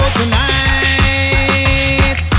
tonight